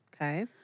Okay